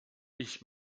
ich